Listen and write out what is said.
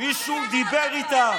מישהו דיבר איתם.